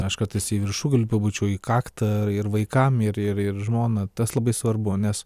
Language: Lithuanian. aš kartais į viršugalvį pabučiuoju į kaktą ir vaikams ir ir ir žmoną tas labai svarbu nes